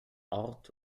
ort